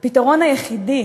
הפתרון היחידי